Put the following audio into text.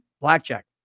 Blackjack